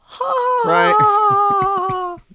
Right